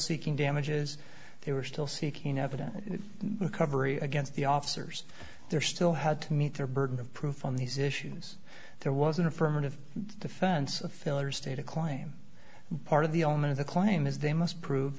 seeking damages they were still seeking evidence recovery against the officers there still had to meet their burden of proof on these issues there was an affirmative defense of fillers state a claim part of the omen of the claim is they must prove